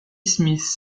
smith